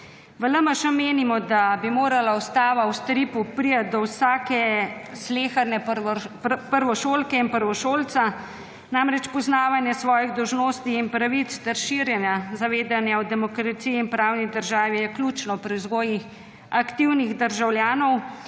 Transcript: V LMŠ menimo, da bi morala Ustava v stripu priti do vsake sleherne prvošolke in prvošolca, namreč poznavanje svojih dolžnosti in pravic ter širjenja zavedanje o demokraciji in pravni državi je ključno pri vzgoji aktivnih državljanov